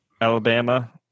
Alabama